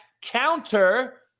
counter